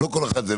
לא כל אחד זה.